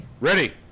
Ready